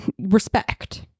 respect